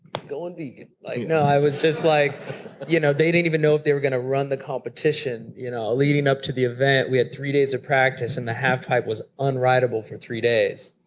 going vegan. like, no, i was just like you know, they didn't even know if they were going to run the competition, you know. leading up to the event we had three days of practice and the half pipe was unrideable for three days.